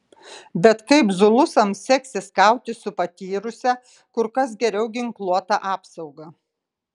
bet kaip zulusams seksis kautis su patyrusia kur kas geriau ginkluota apsauga